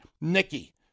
Nikki